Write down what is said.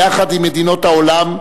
יחד עם מדינות העולם,